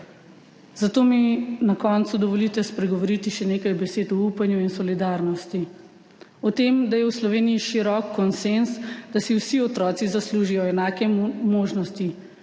Zato mi na koncu dovolite spregovoriti še nekaj besed o upanju in solidarnosti, o tem, da je v Sloveniji širok konsenz, da si vsi otroci zaslužijo enake možnosti,